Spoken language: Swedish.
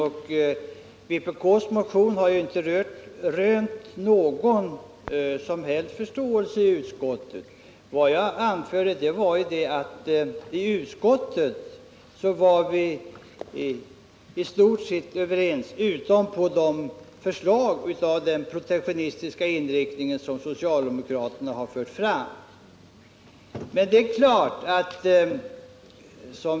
Vpk:s motion har inte heller rönt någon som helst förståelse i utskottet. Vad jag anförde var ju att i utskottet var vi i stort sett överens, utom i fråga om de förslag med protektionistisk inriktning som socialdemokraterna fört fram.